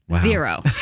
Zero